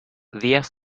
días